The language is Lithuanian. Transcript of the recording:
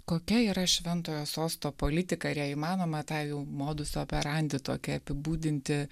kokia yra šventojo sosto politika ir jei įmanoma tą jau modus operandi tokį apibūdinti